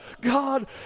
God